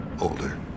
older